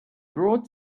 brought